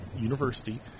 university